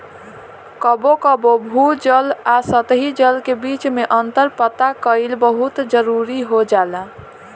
कबो कबो भू जल आ सतही जल के बीच में अंतर पता कईल बहुत जरूरी हो जाला